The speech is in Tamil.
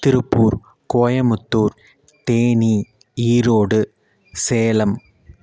திருப்பூர் கோயம்புத்தூர் தேனி ஈரோடு சேலம்